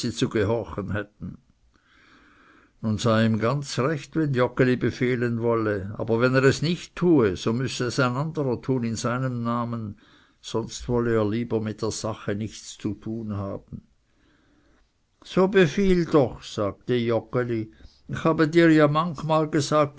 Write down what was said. zu gehorchen hätten nun sei ihm ganz recht wenn joggeli befehlen wolle aber wenn er es nicht tue so müsse es ein anderer tun in seinem namen sonst wolle er lieber nichts mit der sache zu tun haben so befiehl doch sagte joggeli ich habe dir ja manchmal gesagt